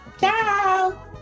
Ciao